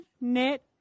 knit